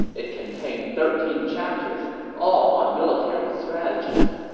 it contained thirteen chapters, all on military strategies.